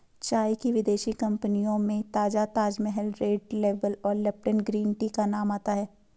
चाय की विदेशी कंपनियों में ताजा ताजमहल रेड लेबल और लिपटन ग्रीन टी का नाम आता है